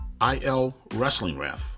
ilwrestlingref